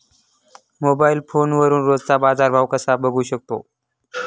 Mobile फोनवरून रोजचा बाजारभाव कसा बघू शकतो?